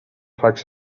فکس